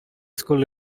schools